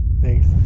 thanks